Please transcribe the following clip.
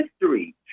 history